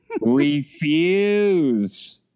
refuse